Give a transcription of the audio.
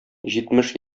җитмеш